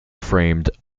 framed